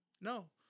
No